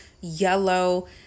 yellow